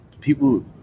people